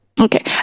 okay